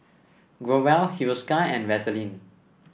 Growell Hiruscar and Vaselin